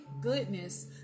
goodness